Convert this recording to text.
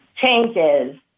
changes